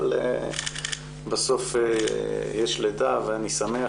אבל בסוף יש לידה ואני שמח.